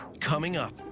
coming up.